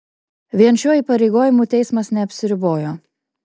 vien šiuo įpareigojimu teismas neapsiribojo